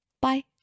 bye